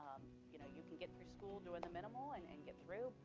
you know you can get through school doing the minimal and and get through,